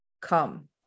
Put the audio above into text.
come